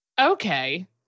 Okay